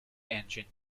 engine